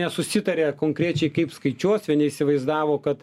nesusitarė konkrečiai kaip skaičiuos vieni įsivaizdavo kad